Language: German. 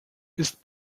ist